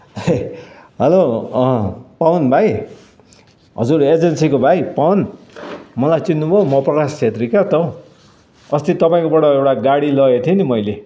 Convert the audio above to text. hello Pawan भाइ हजुर एजेन्सीको भाइ पवन मलाई चिन्नु भयो म प्रकाश छेत्री क्या हो त हौ अस्ति तपाईँकोबाट एउटा गाडी लगेको थिएँ नि मैले